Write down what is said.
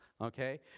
okay